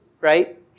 Right